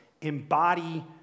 embody